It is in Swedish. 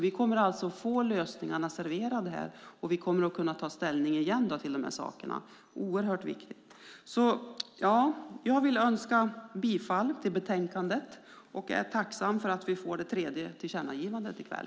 Vi kommer alltså att få lösningarna serverade här, och vi kommer att kunna ta ställning till dessa saker igen. Det är oerhört viktigt. Jag yrkar bifall till förslaget i betänkandet. Jag är tacksam för att vi får det tredje tillkännagivandet i kväll.